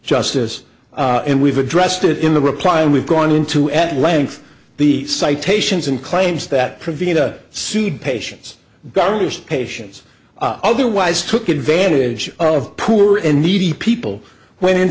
justice and we've addressed it in the reply and we've gone into at length the citations and claims that privy to see patients garnished patients otherwise took advantage of poor and needy people when in